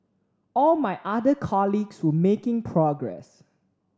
all my other colleagues were making progress